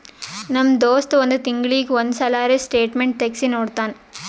ನಮ್ ದೋಸ್ತ್ ಒಂದ್ ತಿಂಗಳೀಗಿ ಒಂದ್ ಸಲರೇ ಸ್ಟೇಟ್ಮೆಂಟ್ ತೆಗ್ಸಿ ನೋಡ್ತಾನ್